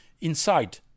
inside